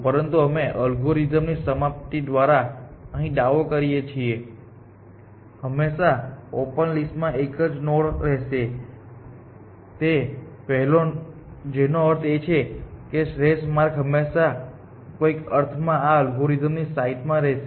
પરંતુ અમે અલ્ગોરિધમ્સની સમાપ્તિ દ્વારા અહીં દાવો કરી શકીએ છીએ હંમેશાં ઓપન લિસ્ટ માં એક જ નોડ રહેશે તે પહેલાં જેનો અર્થ એ છે કે શ્રેષ્ઠ માર્ગ હંમેશાં કોઈક અર્થમાં આ અલ્ગોરિધમની સાઇટ્સમાં રહેશે